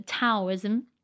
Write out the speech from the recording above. Taoism